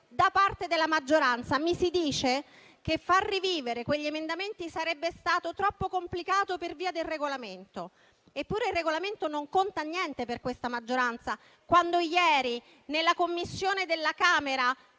da parte della maggioranza. Mi si dice che far rivivere quegli emendamenti sarebbe stato troppo complicato per via del Regolamento. Eppure, il Regolamento non conta niente per questa maggioranza, quando ieri, nella Commissione della Camera,